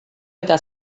eta